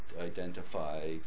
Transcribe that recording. identify